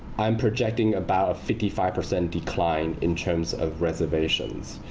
i'm projecting about a fifty five percent decline in terms of reservations.